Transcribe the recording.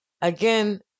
again